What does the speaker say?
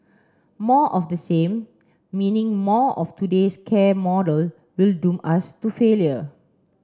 more of the same meaning more of today's care model will doom us to failure